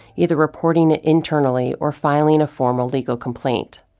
either reporting it internally or filing a formal legal complaint.